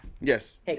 Yes